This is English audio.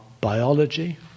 biology